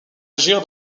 agir